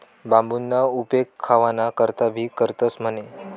बांबूना उपेग खावाना करता भी करतंस म्हणे